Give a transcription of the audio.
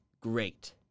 great